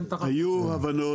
היו הבנות,